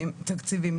תקציבים".